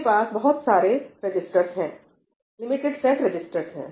इसके पास बहुत सारे रजिस्टर्स हैं लिमिटेड सेट रजिस्टर्स हैं